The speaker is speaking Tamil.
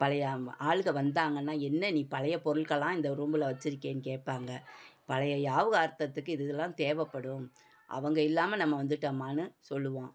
பழைய ஆளுங்க வந்தாங்கன்னால் என்ன நீ பழைய பொருள்கள்லாம் இந்த ரூமில் வச்சிருக்கியேன்னு கேட்பாங்க பழைய யாவு கார்த்தத்துக்கு இதுதுல்லாம் தேவைப்படும் அவங்க இல்லாமல் நம்ம வந்துட்டோமான்னு சொல்லுவோம்